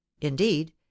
indeed